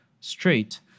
straight